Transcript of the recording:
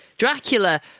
Dracula